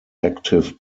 active